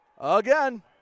again